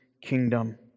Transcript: kingdom